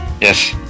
Yes